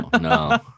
no